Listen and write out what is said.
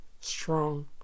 strong